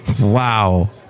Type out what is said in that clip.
Wow